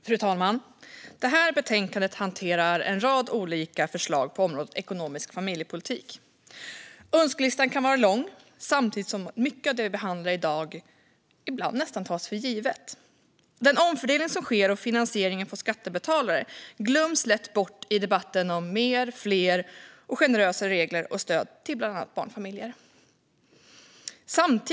Fru talman! I detta betänkande hanteras en rad olika förslag på området ekonomisk familjepolitik. Önskelistan kan vara lång, samtidigt som mycket av det som vi behandlar i dag ibland nästan tas för givet. Den omfördelning som sker och finansieringen från skattebetalare glöms lätt bort i debatten om mer, fler och generösare regler och stöd till bland andra barnfamiljer.